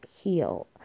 heal